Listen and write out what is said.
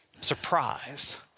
surprise